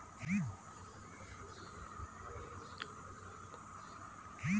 ಖಾರಿಫ್ ಬೆಳೆ ಬೆಳೆಯಲು ಸೂಕ್ತವಾದ ಹವಾಮಾನ ಯಾವುದು?